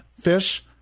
fish